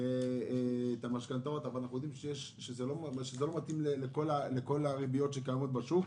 את המשכנתאות אבל אנחנו יודעים שזה לא מתאים לכל הריביות שקיימות בשוק.